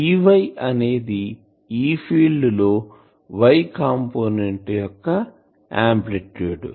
Ey అనేది E field లో Y component యొక్క ఆంప్లిట్యూడ్